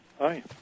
Hi